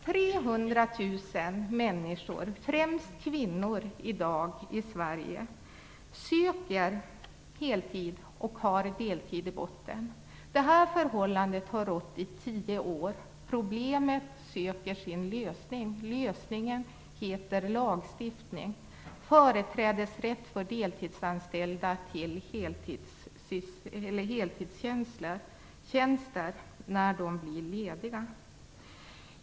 300 000 människor i Sverige, främst kvinnor, som har deltidsanställning i botten söker heltid. Det här förhållandet har rått i tio år. Problemet söker sin lösning. Lösningen heter lagstiftning, företrädesrätt för deltidsanställda till heltidstjänster när sådana blir lediga.